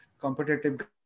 competitive